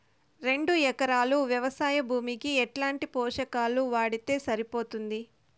రెండు ఎకరాలు వ్వవసాయ భూమికి ఎట్లాంటి పోషకాలు వాడితే సరిపోతుంది?